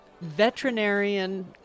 veterinarian